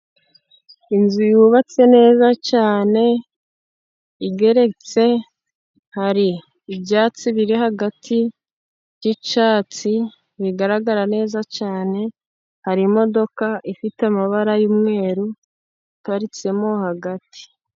Inzu yubatse neza cyane igeretse. Hari ibyatsi biri hagati by'icyatsi bigaragara neza cyane, hari imodoka ifite amabara yumweru iparitse hagati.